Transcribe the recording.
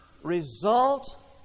result